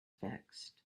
fixed